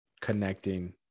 connecting